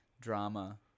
drama